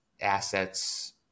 assets